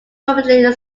purportedly